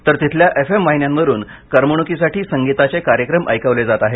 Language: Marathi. तर तिथल्या एफ एम वाहिन्यांवरून करमणुकीसाठी संगीताचे कार्यक्रम ऐकवले जात आहेत